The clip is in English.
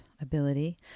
ability